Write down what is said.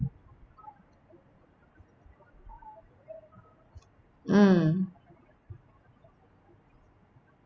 mm